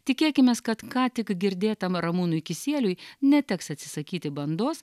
tikėkimės kad ką tik girdėtam ramūnui kisieliui neteks atsisakyti bandos